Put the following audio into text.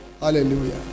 Hallelujah